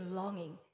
longing